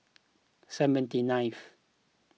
seventy ninth